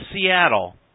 Seattle